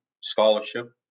scholarship